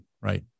right